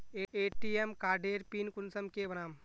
ATM कार्डेर pin कुंसम के बनाम?